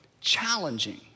challenging